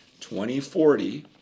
2040